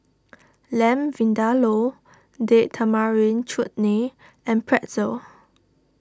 Lamb Vindaloo Date Tamarind Chutney and Pretzel